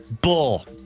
Bull